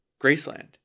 Graceland